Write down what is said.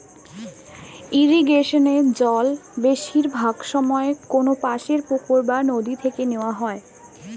ইরিগেশনে জল বেশিরভাগ সময়ে কোনপাশের পুকুর বা নদি থেকে নেওয়া হয়